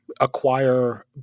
acquire